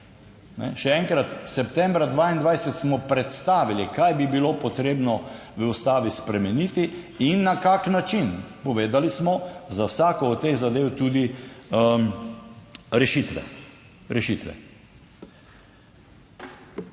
Še enkrat, septembra 2022 smo predstavili, kaj bi bilo potrebno v Ustavi spremeniti in na kakšen način, povedali smo za vsako od teh zadev tudi rešitve,